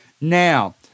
Now